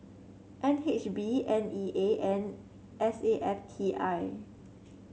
N H B N E A and S A F T I